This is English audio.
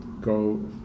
go